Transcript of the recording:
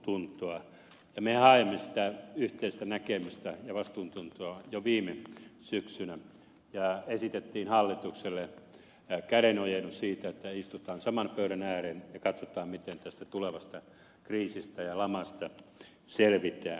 me haimme sitä yhteistä näkemystä ja vastuuntuntoa jo viime syksynä ja esitimme hallitukselle kädenojennuksen siitä että istutaan saman pöydän ääreen ja katsotaan miten tästä tulevasta kriisistä ja lamasta selvitään